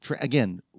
Again